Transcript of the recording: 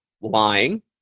lying